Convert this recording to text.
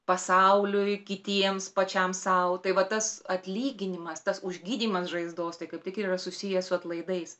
pasauliui kitiems pačiam sau tai va tas atlyginimas tas užgydymas žaizdos tai kaip tik ir yra susiję su atlaidais